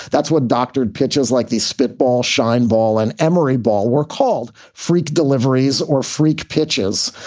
that's what doctored pitches like these spitball shined ball and emery ball were called freak deliveries or freak pitches.